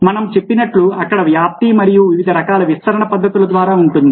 మనం చెప్పినట్లు అక్కడ వ్యాప్తి మరియు వివిధ రకాల విస్తరణ పద్ధతుల ద్వారా ఉంటుంది